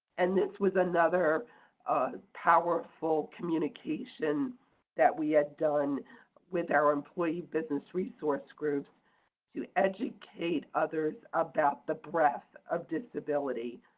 and this was another powerful communication that we had done with our employee business resource groups to educate others about the breadth of disability.